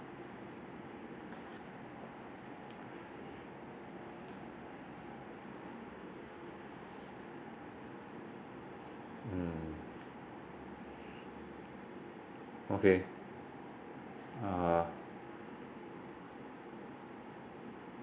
okay uh